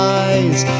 eyes